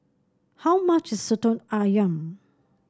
how much Soto ayam